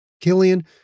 Killian